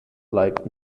like